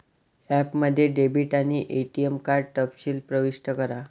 ॲपमध्ये डेबिट आणि ATM card तपशील प्रविष्ट करा